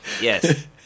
Yes